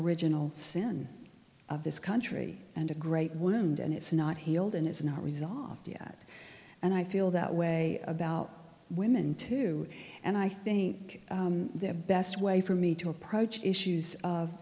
original sin of this country and a great wound and it's not healed and it's not resolved yet and i feel that way about women too and i think their best way for me to approach issues of